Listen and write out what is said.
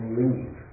leave